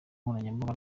nkoranyambaga